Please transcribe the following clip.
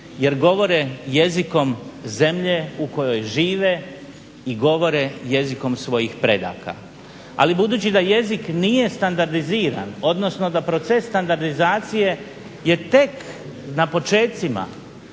jer govore jezikom zemlje u kojoj žive i govore jezikom svojih predaka. Ali budući da jezik nije standardiziran, odnosno da proces standardizacije je tek na početcima,